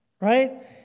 right